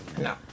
no